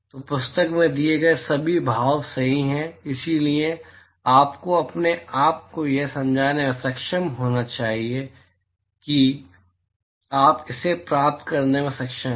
तो पुस्तक में दिए गए सभी भाव सही हैं इसलिए आपको अपने आप को यह समझाने में सक्षम होना चाहिए कि आप इसे प्राप्त करने में सक्षम हैं